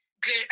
good